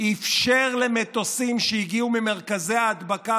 אפשר נתניהו למטוסים שהגיעו ממרכזי ההדבקה